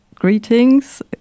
greetings